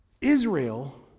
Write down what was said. Israel